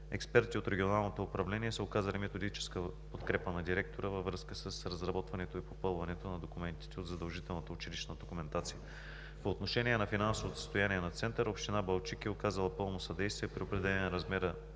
Експерти от Регионалното управление са оказали методическа подкрепа на директора във връзка с разработването и попълването на документите от задължителната училищна документация. По отношение на финансовото състояние на Центъра община Балчик е оказала пълно съдействие при определяне размера